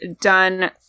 done